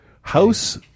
House